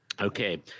okay